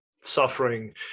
suffering